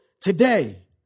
today